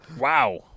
Wow